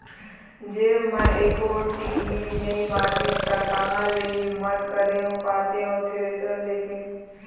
जेब म एको टिकली नइ बचिस ता काँहा ले हिम्मत करे पातेंव थेरेसर ले के